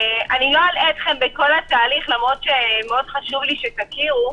לא אלאה אתכם בכל התהליך למרות שמאוד חשוב לי שתכירו.